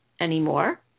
anymore